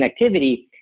connectivity